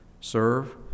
serve